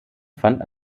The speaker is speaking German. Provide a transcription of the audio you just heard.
fand